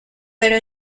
pero